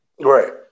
Right